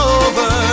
over